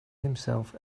himself